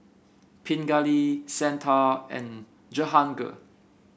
Pingali Santha and Jehangirr